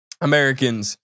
Americans